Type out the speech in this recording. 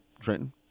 Trenton